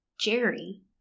Jerry